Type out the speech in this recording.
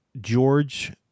George